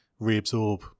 reabsorb